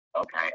Okay